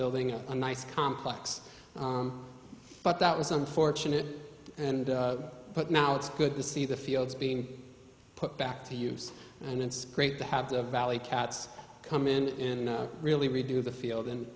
building up a nice complex but that was unfortunate and but now it's good to see the fields being put back to use and it's great to have the valley cats come in really redo the field and